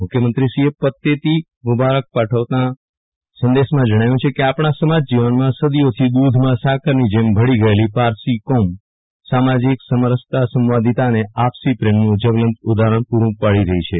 મુખ્યમંત્રીશ્રીએ પતેતી મુબારક પાઠવતા સંદેશમાં જણાવ્યુ છે કે આપણા સમાજ જીવનમાં સદીઓથી દુધમાં સાકરની જેમ ભળી ગયેલી પારસી કોમ સામાજીક સમરસતા સંવાદિતા અને આપસી પ્રેમનું જવલંત ઉદાહરણ પુરૂ પાડી રહી છે